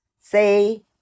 say